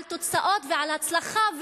על תוצאות ועל הצלחה,